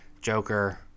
Joker